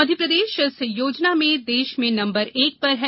मध्यप्रदेश इस योजना में देश में नम्बर एक पर है